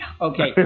Okay